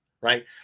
right